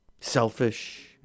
selfish